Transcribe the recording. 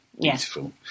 beautiful